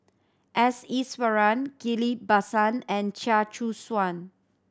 S Iswaran Ghillie Basan and Chia Choo Suan